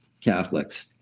Catholics